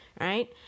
right